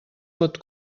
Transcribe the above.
pot